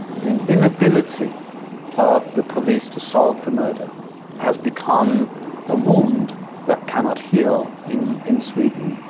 the inability of the police to solve the murder has become a wound that cannot heal in in sweden,